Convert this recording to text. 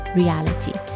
reality